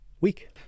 week